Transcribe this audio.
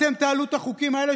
אתם תעלו את החוקים האלה,